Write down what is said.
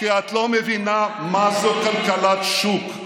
כי את לא מבינה מה זה כלכלת שוק.